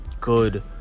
good